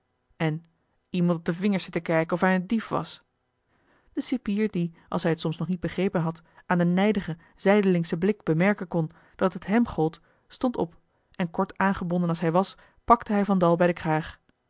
en iemand op de vingers zitten kijken of hij een dief was de cipier die als hij het soms nog niet begrepen had aan den nijdigen zijdelingschen blik bemerken kon dat het hem gold stond op en kort aangebonden als hij was pakte hij van dal bij den kraag